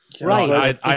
Right